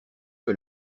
que